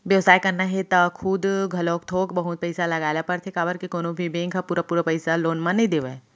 बेवसाय करना हे त खुद घलोक थोक बहुत पइसा लगाए ल परथे काबर के कोनो भी बेंक ह पुरा पुरा पइसा लोन म नइ देवय